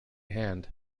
hand